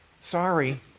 Sorry